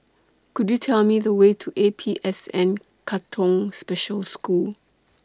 Could YOU Tell Me The Way to A P S N Katong Special School